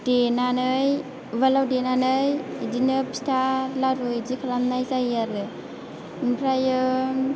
देनानै उवालाव देनानै बिदिनो फिथा लारु बिदि खालामनाय जायो आरो ओमफ्रायो